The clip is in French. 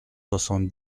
soixante